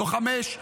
לא חמש,